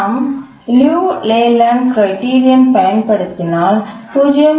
நாம் Liu Layland கிரைடிரியனைப் பயன்படுத்தினால் 0